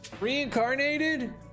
Reincarnated